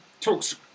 talks